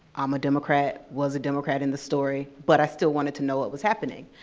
um a democrat, was a democrat in the story, but i still wanted to know what was happening.